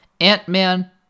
Ant-Man